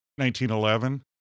1911